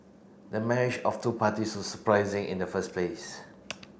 the marriage of two parties was surprising in the first place